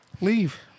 leave